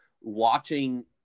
watching